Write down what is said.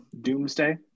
Doomsday